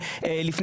כן?